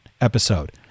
episode